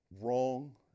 wrong